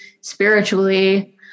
spiritually